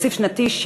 תקציב שנתי,